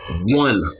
one